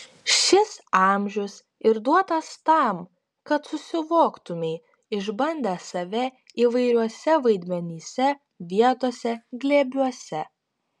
šis amžius ir duotas tam kad susivoktumei išbandęs save įvairiuose vaidmenyse vietose glėbiuose